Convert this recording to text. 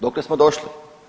Dokle smo došli?